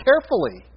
carefully